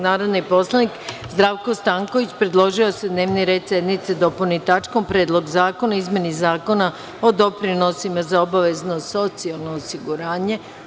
Narodni poslanik Zdravko Stanković predložio je da se dnevni red sednice dopuni tačkom – Predlog zakona o izmeni Zakona o doprinosima za obavezno socijalno osiguranje.